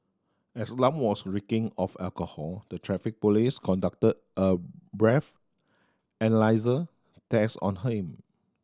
as Lam was reeking of alcohol the Traffic Police conducted a breathalyser test on him